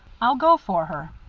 i'll go for her.